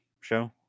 show